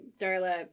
Darla